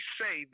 say